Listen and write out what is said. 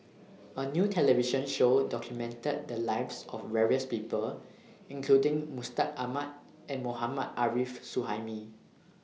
A New television Show documented The Lives of various People including Mustaq Ahmad and Mohammad Arif Suhaimi